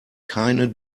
keine